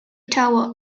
tower